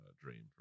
dream